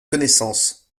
connaissances